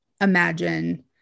imagine